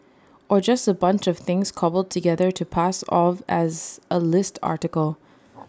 or just A bunch of things cobbled together to pass off as A list article